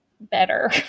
better